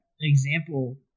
example